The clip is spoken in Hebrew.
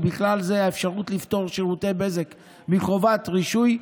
ובכלל זה האפשרות לפטור שירותי בזק מחובת רישוי,